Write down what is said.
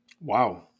Wow